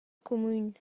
cumün